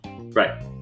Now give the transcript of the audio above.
right